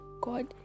God